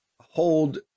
hold